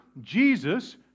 Jesus